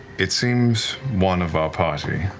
it seems one of our party